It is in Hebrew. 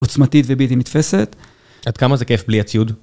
עוצמתית ובלתי נתפסת, עד כמה זה כיף בלי הציוד?